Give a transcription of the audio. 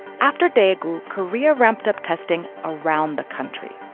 after daegu, korea ramped up testing around the country.